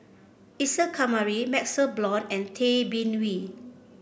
Isa Kamari MaxLe Blond and Tay Bin Wee